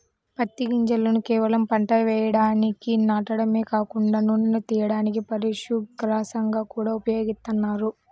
పత్తి గింజలను కేవలం పంట వేయడానికి నాటడమే కాకుండా నూనెను తియ్యడానికి, పశుగ్రాసంగా గూడా ఉపయోగిత్తన్నారు